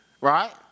right